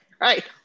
Right